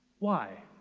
why?